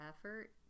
effort